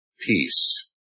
peace